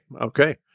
okay